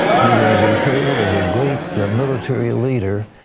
you'll be hailed as a great military leader.